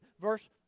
verse